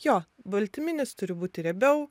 jo baltyminis turi būti riebiau